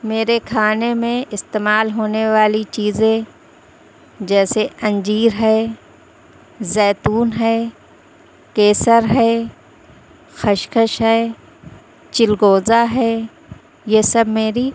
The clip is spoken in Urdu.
میرے کھانے میں استعمال ہونے والی چیزیں جیسے انجیر ہے زیتون ہے کیسر ہے خشخش ہے چلگوزہ ہے یہ سب میری